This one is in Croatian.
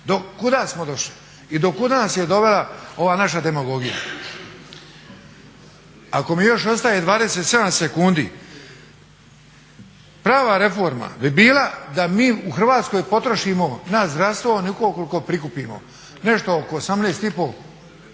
Do kuda smo došli i do kuda nas je dovela ova naša demagogija? Ako mi još ostaje 27 sekundi, prava reforma bi bila da mi u Hrvatskoj potrošimo na zdravstvo onoliko koliko prikupimo nešto oko 18 i pol